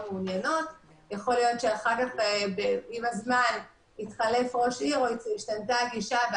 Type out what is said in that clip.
להעמיד את כוח האדם על פני תקופה די ממושכת,